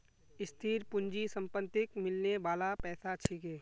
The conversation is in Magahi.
स्थिर पूंजी संपत्तिक मिलने बाला पैसा छिके